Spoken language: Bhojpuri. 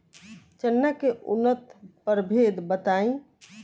चना के उन्नत प्रभेद बताई?